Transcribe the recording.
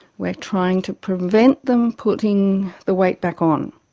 we are trying to prevent them putting the weight back on.